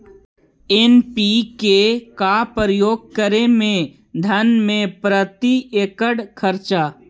NPK का प्रयोग करे मे धान मे प्रती एकड़ खर्चा?